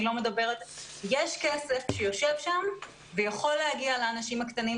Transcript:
יש כסף שיושב שם ויכול להגיע לאנשים הקטנים,